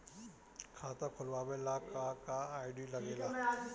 खाता खोलवावे ला का का आई.डी लागेला?